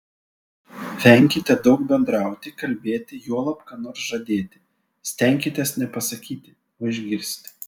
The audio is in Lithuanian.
venkite daug bendrauti kalbėti juolab ką nors žadėti stenkitės ne pasakyti o išgirsti